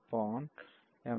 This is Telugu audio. mn 1